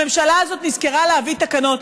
הממשלה הזאת נזכרה להביא תקנות.